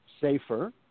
safer